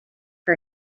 for